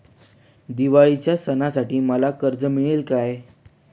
दिवाळीच्या सणासाठी मला कर्ज मिळेल काय?